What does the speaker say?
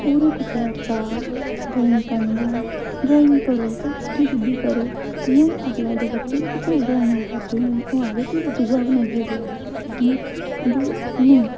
और कुसै दा चा ड्रांइग करना ड्राइंग करो पुट्ठी सिद्धी करो जेहड़े अजकल दे बच्चे न ओह् कोई ड्राइंग करदे न ओह् आखदे न दूआ बनाइयै देऐ ते नेईं